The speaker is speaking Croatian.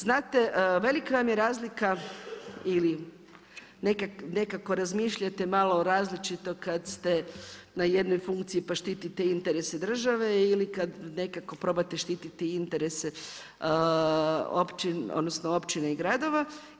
Znate velika vam je razlika ili nekako razmišljate malo različito kada ste na jednoj funkciji pa štitite interese države ili kada nekako probate štititi interese općine i gradova.